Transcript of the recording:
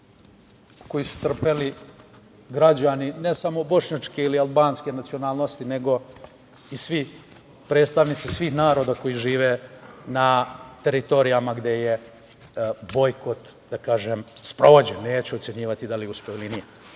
koju su trpeli građani, ne samo bošnjačke ili albanske nacionalnosti nego i predstavnici svih naroda koji žive na teritorijama gde je bojkot sprovođen. Neću ocenjivati da li je uspeo ili nije.U